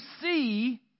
see